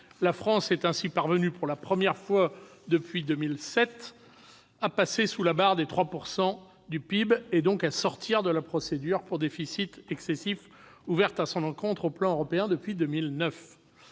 La France est ainsi parvenue, pour la première fois depuis 2007, à passer sous la barre des 3 % du PIB, donc à sortir de la procédure pour déficit excessif, ouverte à son encontre au plan européen depuis 2009.